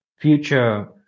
future